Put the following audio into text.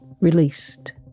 released